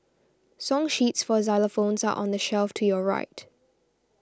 song sheets for xylophones are on the shelf to your right